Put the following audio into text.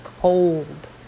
cold